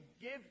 give